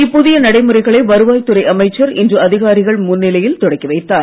இப்புதிய நடைமுறைகளை வருவாய் துறை அமைச்சர் இன்று அதிகாரிகள் முன்னிலையில் தொடக்கி வைத்தார்